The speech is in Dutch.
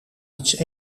iets